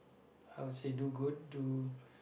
I would say do good do